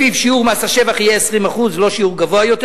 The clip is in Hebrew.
שלפיו שיעור מס השבח יהיה 20% ולא שיעור גבוה יותר,